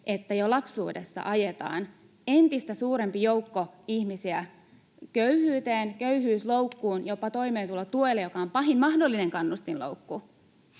että jo lapsuudessa ajetaan entistä suurempi joukko ihmisiä köyhyyteen, köyhyysloukkuun, jopa toimeentulotuelle, joka on pahin mahdollinen kannustinloukku,